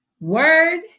word